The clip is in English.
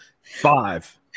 five